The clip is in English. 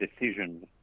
decisions